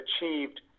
achieved